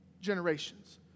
generations